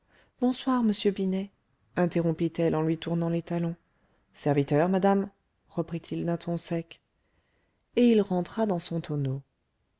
bonsoir monsieur binet interrompit-elle en lui tournant les talons serviteur madame reprit-il d'un ton sec et il rentra dans son tonneau